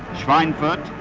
schweinfurt,